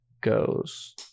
goes